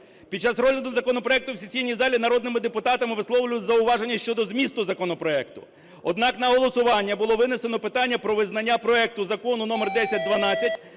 Під час розгляду законопроекту в сесійній залі народними депутатами висловлювались зауваження щодо змісту законопроекту. Однак на голосування було винесено питання про визнання проекту Закону номер 1012